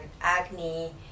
acne